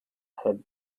had